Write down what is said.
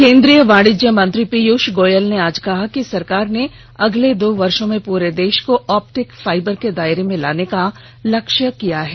केंद्रीय वाणिज्य मंत्री पीयूष गोयल ने आज कहा कि सरकार ने अगले दो वर्षो में पूरे देश को ऑप्टिक फाइबर के दायरे में लाने का लक्ष्य तय किया है